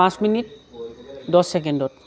পাঁচ মিনিট দহ ছেকেণ্ডত